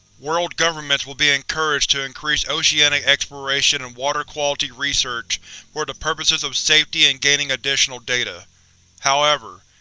world governments will be encouraged to increase oceanic exploration and water quality research for the purposes of safety and gaining additional data however,